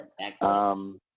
Excellent